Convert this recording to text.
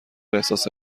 احساس